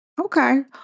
okay